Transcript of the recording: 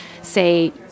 say